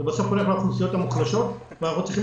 זה בסוף הולך לאוכלוסיות המוחלשות ואנחנו צריכים